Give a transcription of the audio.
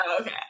okay